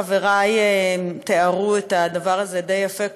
חברי תיארו את הדבר הזה די יפה,